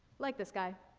like this guy.